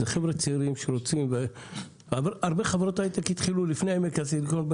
אלה חבר'ה צעירים שרוצים הרבה חברות הייטק התחילו לפני עמק הסיליקון.